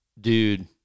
dude